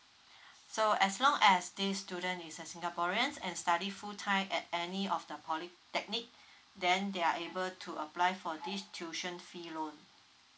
so as long as this student is a singaporean and study full time at any of the polytechnic then they are able to apply for this tuition fee loan